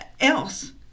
else